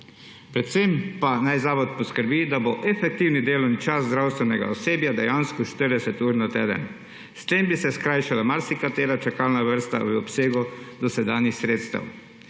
Predvsem pa naj Zavod poskrbi, da bo efektivni delovni čas zdravstvenega osebja dejansko 40 ur na teden. S tem bi se skrajšala marsikatera čakalna vrsta v obsegu dosedanjih sredstev.